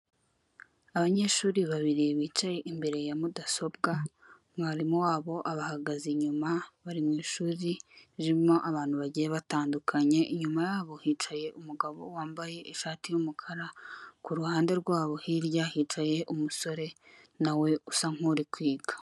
Abanyeshuri babiri bicaye imbere ya mudasobwa, mwarimu wabo abahagaze inyuma bari mu ishuri ririmo abantu bagiye batandukanye, inyuma yabo hicaye umugabo wambaye ishati y'umukara kuruhande rwabo hirya hicaye umusore nawe usa nk'uri kwiga.